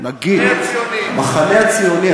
נגיד המחנה הציוני,